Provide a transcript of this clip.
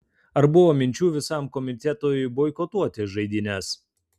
ar buvo minčių visam komitetui boikotuoti žaidynes